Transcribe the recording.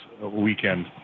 weekend